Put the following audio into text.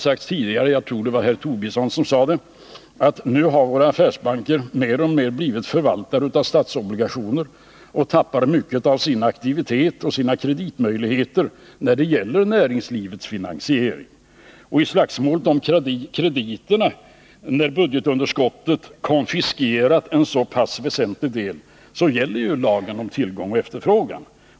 Jag tror det var Lars Tobisson som tidigare sade att våra affärsbanker nu mer och mer blivit förvaltare av statsobligationer och tappar mycket av sin aktivitet och sina kreditmöjligheter när det gäller näringslivets finansiering. I slagsmålet om krediterna, där budgetunderskottet konfiskerar en så pass väsentlig del, gäller ju lagen om tillgång och efterfrågan.